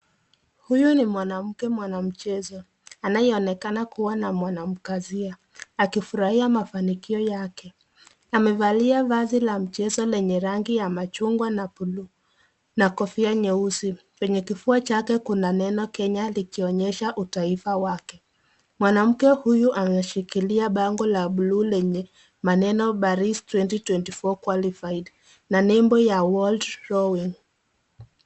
Huyu ni mwanamke mwanamchezo anayeonekana kuwa wamwanamkazia, akifurahia mafanikio yake. Amevalia vazi la mchezo lenye rangi ya machungwa na bluu na kofia nyeusi. kwenye kifua chake kuna neno Kenya likionyesha utaifa wake. Mwanamke huyu anashikilia bangle la bluu lenye maneno Paris 2024 qualified na label ya wall drawings